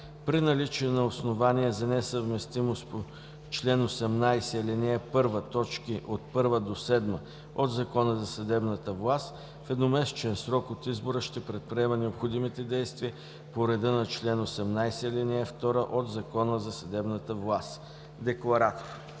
при наличие на основания за несъвместимост по чл. 18, ал. 1, т. 1 -7 от Закона за съдебната власт в едномесечен срок от избора ще предприема необходимите действия по реда на чл. 18, ал. 2 от Закона за съдебната власт. Декларатор: